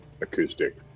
acoustic